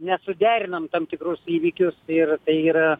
nesuderinam tam tikrus įvykius ir tai yra